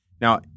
Now